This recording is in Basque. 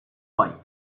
bai